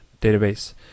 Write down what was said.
database